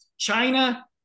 China